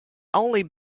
only